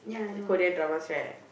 Korean dramas right